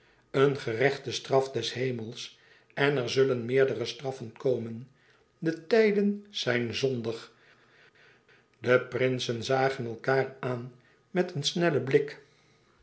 een gerechte straf des hemels en er zullen meerdere straffen komen de tijden zijn zondig de prinsen zagen elkaâr aan met een snellen blik